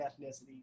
ethnicity